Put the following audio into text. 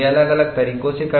वे अलग अलग तरीकों से करते हैं